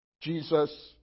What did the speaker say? Jesus